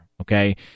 Okay